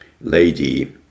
lady